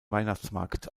weihnachtsmarkt